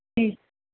जी